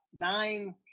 nine